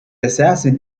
assassin